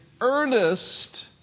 earnest